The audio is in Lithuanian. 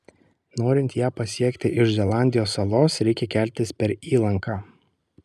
norint ją pasiekti iš zelandijos salos reikia keltis per įlanką